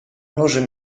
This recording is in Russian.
нужен